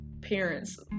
parents